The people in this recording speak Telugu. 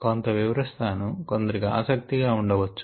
కొంత వివరిస్తాను కొందరికి ఆసక్తి గా ఉండొచ్చు